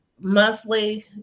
monthly